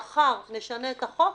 אם מחר ישתנה החוק,